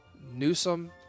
Newsom